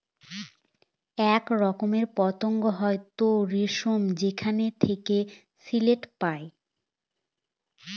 এক রকমের পতঙ্গ হয় তুত রেশম যেখানে থেকে সিল্ক পায়